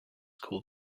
called